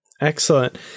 Excellent